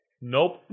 Nope